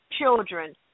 children